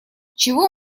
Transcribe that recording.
чего